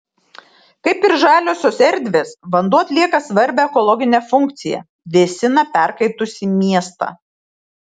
kaip ir žaliosios erdvės vanduo atlieka svarbią ekologinę funkciją vėsina perkaitusį miestą